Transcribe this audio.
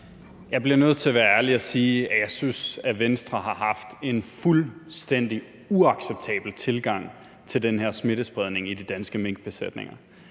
Jeg bliver nødt til at være ærlig og sige, at jeg synes, at Venstre har haft en fuldstændig uacceptabel tilgang til den her smittespredning i de danske minkbesætninger.